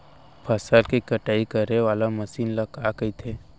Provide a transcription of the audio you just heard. फसल की कटाई करे वाले मशीन ल का कइथे?